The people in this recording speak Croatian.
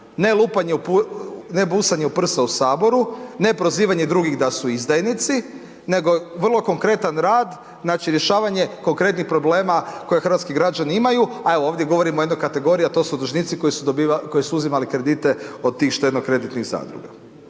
ne busanje u prsa u saboru, ne prozivanje drugih da su izdajnici, nego vrlo konkretan rad znači rješavanje konkretnih problema koje hrvatski građani imaju, a evo ovdje govorimo o jednoj kategoriji, a to su dužnici koji su dobivali, koji su uzimali kredite od tih štedno kreditnih zadruga.